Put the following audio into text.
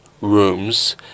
rooms